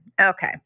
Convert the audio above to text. Okay